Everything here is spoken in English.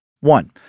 one